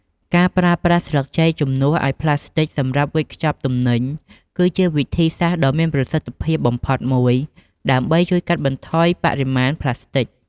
ការប្រើប្រាស់ស្លឹកចេកជំនួសឲ្យប្លាស្ទិកសម្រាប់វេចខ្ចប់ទំនិញ គឺជាវិធីសាស្ត្រដ៏មានប្រសិទ្ធភាពបំផុតមួយ ដើម្បីជួយកាត់បន្ថយបរិមាណប្លាស្ទិក។